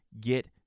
get